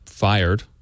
Fired